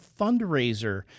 fundraiser